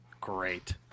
Great